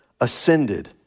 ascended